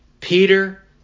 Peter